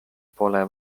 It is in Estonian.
pole